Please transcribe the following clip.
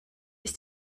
ist